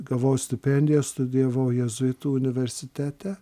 gavau stipendiją studijavau jėzuitų universitete